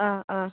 ആ ആ